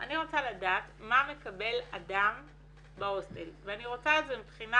רוצה לדעת מה מקבל אדם בהוסטל ואני רוצה את זה מבחינה